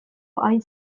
hain